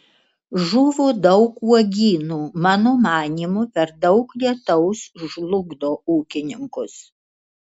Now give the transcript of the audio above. žuvo daug uogynų mano manymu per daug lietaus žlugdo ūkininkus